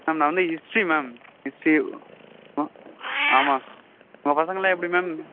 ma'am நான் வந்து history ma'am history ஆமாம் நம்ம பசங்களாம் எப்படி மேம்